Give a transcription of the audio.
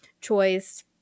choice